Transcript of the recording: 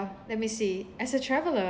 let me see as a traveller